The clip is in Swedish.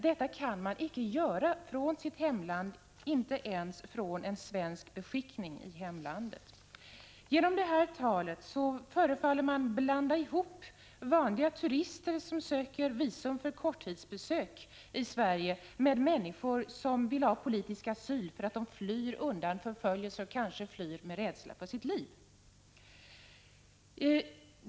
Detta kan man icke göra från sitt hemland, inte ens från en svensk beskickning i hemlandet. Genom det här talet förefaller det som att man blandar ihop farliga turister som söker visum för korttidsbesök i Sverige med människor som vill ha politisk asyl därför att de flyr undan förföljelse, kanske med rädsla för sitt liv.